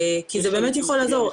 זה באמת יכול לעזור.